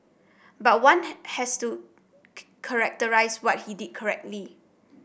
but one has to characterise what he did correctly